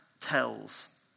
tells